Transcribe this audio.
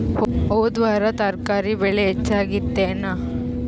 ಹೊದ ವಾರ ತರಕಾರಿ ಬೆಲೆ ಹೆಚ್ಚಾಗಿತ್ತೇನ?